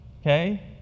Okay